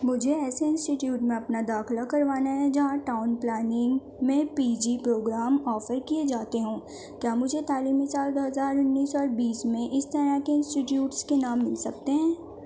مجھے ایسے انسٹیٹیوٹ میں اپنا داخلہ کروانا ہے جہاں ٹاؤن پلاننگ میں پی جی پروگرام آفر کئے جاتے ہوں کیا مجھے تعلیمی سال دو ہزار انیس اور بیس میں اس طرح کے انسٹیٹیوٹس کے نام مل سکتے ہیں